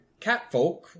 catfolk